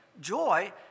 joy